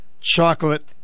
chocolate